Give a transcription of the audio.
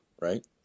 right